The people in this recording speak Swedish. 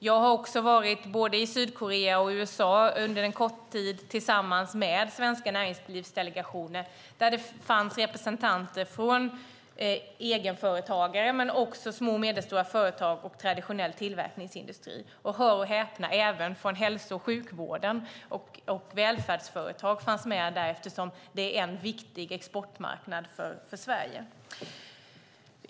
Jag har också varit i både Sydkorea och USA under en kort tid tillsammans med svenska näringslivsdelegationer med representanter från egenföretagare men också från små och medelstora företag och traditionell tillverkningsindustri. Och, hör och häpna, även representanter från hälso och sjukvården och välfärdsföretag fanns med där eftersom det är en viktig exportmarknad för Sverige.